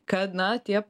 kad na tie